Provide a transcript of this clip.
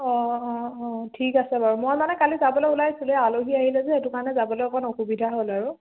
অঁ অঁ অঁ ঠিক আছে বাৰু মই মানে কালি যাবলৈ ওলাইছিলোঁ এই আলহী আহিলে যে সেইটো কাৰণে যাবলৈ অলপ অসুবিধা হ'ল আৰু